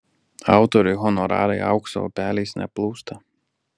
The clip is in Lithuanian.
autoriui honorarai aukso upeliais neplūsta